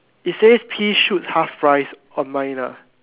it says pea shoot half price on mine lah